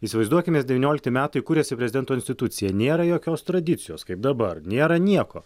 įsivaizduokim nes devyniolikti metai kuriasi prezidento institucija nėra jokios tradicijos kaip dabar nėra nieko